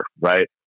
Right